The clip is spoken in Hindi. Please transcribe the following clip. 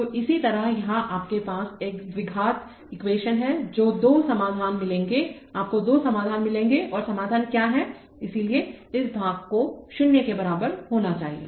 तो इसी तरह यहां आपके पास एक द्विघात एक्वेशन है आपको दो समाधान मिलेंगे और समाधान क्या हैं इसलिए इस भाग को 0 के बराबर होना चाहिए